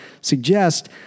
suggest